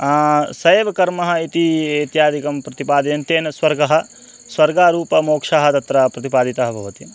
स एव कर्मः इति इत्यादिकं प्रतिपादयन् तेन स्वर्गः स्वर्गारूपमोक्षः तत्र प्रतिपादितः भवति